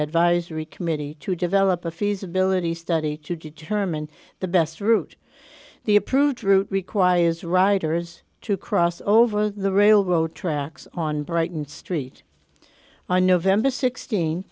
advisory committee to develop a feasibility study to determine the best route the approved route requires riders to cross over the railroad tracks on brighton street on november